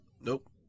Nope